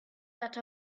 that